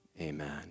amen